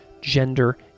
gender